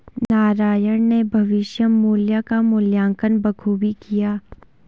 नारायण ने भविष्य मुल्य का मूल्यांकन बखूबी किया